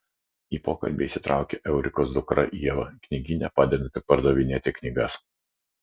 į pokalbį įsitraukia eurikos dukra ieva knygyne padedanti pardavinėti knygas